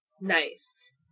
Nice